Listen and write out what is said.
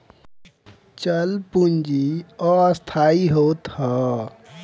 चल पूंजी अस्थाई होत हअ